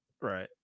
Right